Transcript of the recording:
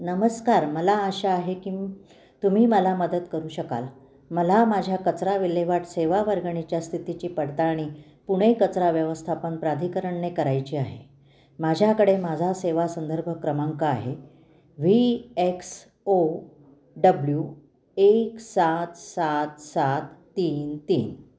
नमस्कार मला आशा आहे की तुम्ही मला मदत करू शकाल मला माझ्या कचरा विल्हेवाट सेवा वर्गणीच्या स्थितीची पडताळणी पुणे कचरा व्यवस्थापन प्राधिकरणने करायची आहे माझ्याकडे माझा सेवा संदर्भ क्रमांक आहे व्ही एक्स ओ डब्ल्यू एक सात सात सात तीन तीन